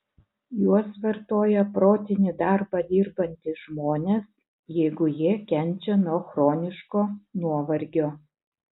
juos vartoja protinį darbą dirbantys žmonės jeigu jie kenčia nuo chroniško nuovargio